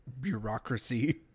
bureaucracy